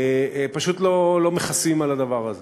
פשוט לא מכסים על הדבר הזה.